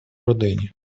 родині